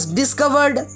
discovered